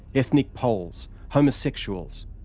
ethnic poles, homosexuals,